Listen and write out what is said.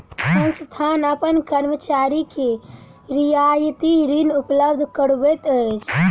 संस्थान अपन कर्मचारी के रियायती ऋण उपलब्ध करबैत अछि